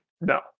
No